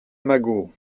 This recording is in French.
magot